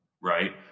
right